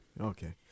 okay